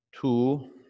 Two